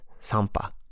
sampa